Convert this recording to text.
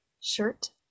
shirt